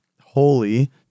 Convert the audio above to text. holy